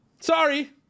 Sorry